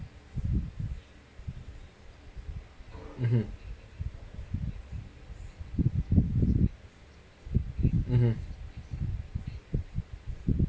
mmhmm mmhmm